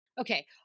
okay